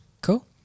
Cool